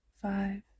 Five